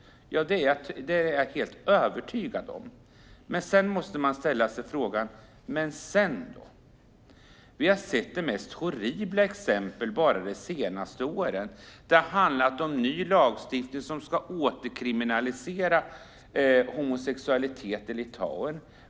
Det är jag helt övertygad om. Men man måste ställa sig frågan: Men sedan då? Vi har sett de mest horribla exempel bara de senaste åren. Det har handlat om ny lagstiftning som ska återkriminalisera homosexualitet i Litauen.